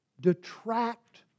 detract